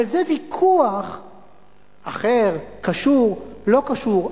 אבל זה ויכוח אחר, קשור, לא קשור.